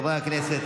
חברי הכנסת,